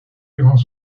durant